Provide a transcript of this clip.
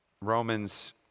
Romans